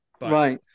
right